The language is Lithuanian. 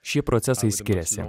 šie procesai skiriasi